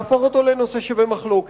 להפוך אותו לנושא שבמחלוקת,